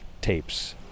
tapes